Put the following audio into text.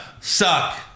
suck